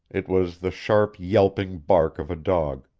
it was the sharp yelping bark of a dog,